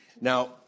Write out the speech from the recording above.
Now